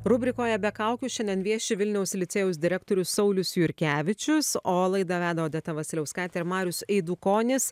rubrikoje be kaukių šiandien vieši vilniaus licėjaus direktorius saulius jurkevičius o laidą veda odeta vasiliauskaitė ir marius eidukonis